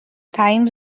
times